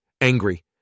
angry